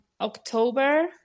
October